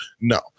No